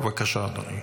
בבקשה, אדוני.